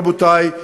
רבותי,